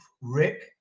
Rick